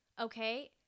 Okay